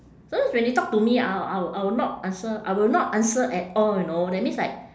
sometimes when they talk to me I'll I'll I will not answer I will not answer at all you know that means like